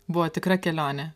buvo tikra kelionė